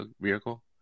vehicle